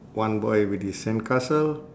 one boy with his sandcastle